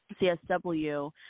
CSW